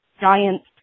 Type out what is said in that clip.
giants